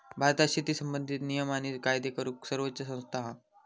भारतात शेती संबंधित नियम आणि कायदे करूक सर्वोच्च संस्था हा